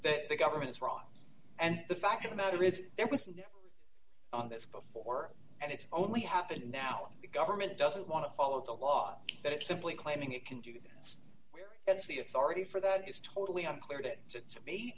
that the government is wrong and the fact of the matter is there wasn't on this before and it's only happened now the government doesn't want to follow the law that it's simply claiming it can do this where is the authority for that is totally unclear it to